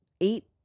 eight